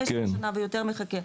15 שנה ויותר מחכה,